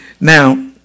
Now